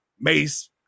Mace